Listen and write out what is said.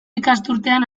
ikasturtean